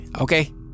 Okay